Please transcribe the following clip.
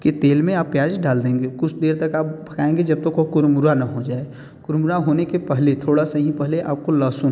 के तेल में आप प्याज़ डाल देंगे कुछ देर तक आप पकाएंगे जब तक वो कुरमुरा ना हो जाए कुरमुरा होने के पहले थोड़ा सा ही पहले आपको लहसुन